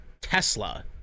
Tesla